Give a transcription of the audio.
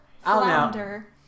Flounder